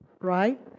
right